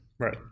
Right